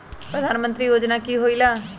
प्रधान मंत्री योजना कि होईला?